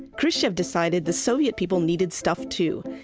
khrushchev decided the soviet people needed stuff, too.